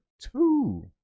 two